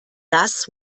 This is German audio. das